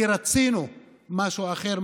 כי רצינו משהו אחר,